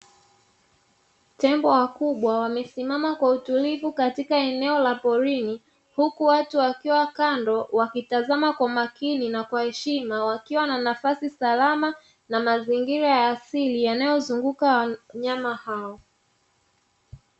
Tembo wakubwa wamesimama kwa utulivu katika eneo la porini, huku watu wakiwa kando wakitazama kwa makini na kwa heshima na wakiwa na nafasi salama na mazingira ya asili yanayozunguka wanyama hao.